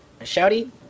Shouty